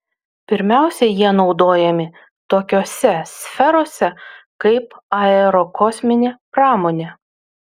pirmiausia jie naudojami tokiose sferose kaip aerokosminė pramonė